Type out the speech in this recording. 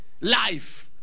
life